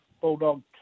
Bulldog